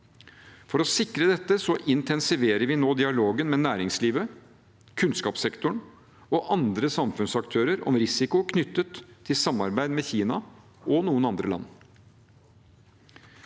For å sikre dette intensiverer vi nå dialogen med næringslivet, kunnskapssektoren og andre samfunnsaktører om risiko knyttet til samarbeid med Kina og noen andre land.